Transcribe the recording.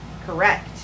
Correct